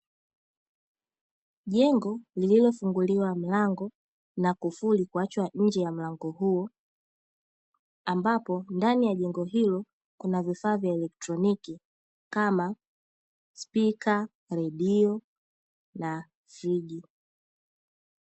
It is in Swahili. Jengo lililofunguliwa mlango na kufuli kuachwa nje ya mlango huu, ambapo ndani ya jengo hilo kuna vifaa vya kielektroniki kama spika, redio na friji.